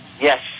Yes